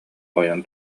ойон